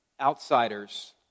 outsiders